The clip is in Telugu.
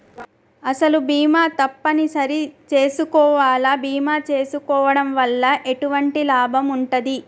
అసలు బీమా తప్పని సరి చేసుకోవాలా? బీమా చేసుకోవడం వల్ల ఎటువంటి లాభం ఉంటది?